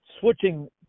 switching